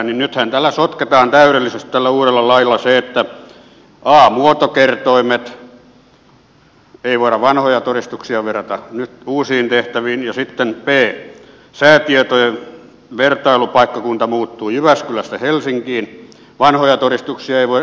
nythän tällä uudella lailla sotketaan täydellisesti se että a on muotokertoimet ei voida vanhoja todistuksia verrata nyt uusiin tehtäviin ja sitten b säätietojen vertailupaikkakunta muuttuu jyväskylästä helsinkiin vanhoja todistuksia ei voida verrata taas uusiin